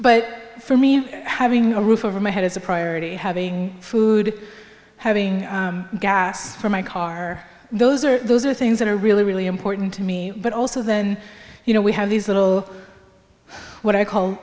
but for me having a roof over my head is a priority having food having gas for my car those are those are things that are really really important to me but also then you know we have these little what i call